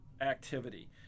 activity